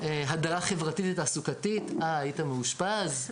הדרה חברתית ותעסוקתית "אה, היית מאושפז?